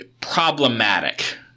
Problematic